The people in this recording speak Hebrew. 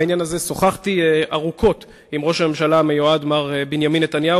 בעניין הזה שוחחתי ארוכות עם ראש הממשלה המיועד מר בנימין נתניהו,